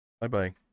Bye-bye